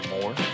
more